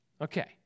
Okay